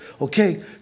okay